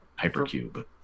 hypercube